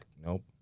Nope